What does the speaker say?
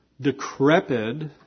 decrepit